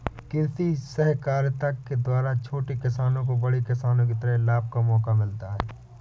कृषि सहकारिता के द्वारा छोटे किसानों को बड़े किसानों की तरह लाभ का मौका मिलता है